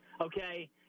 okay